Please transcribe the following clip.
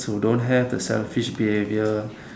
to don't have the selfish behavior